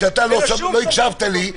כשאתה לא הקשבת לי,